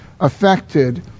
affected